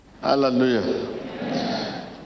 hallelujah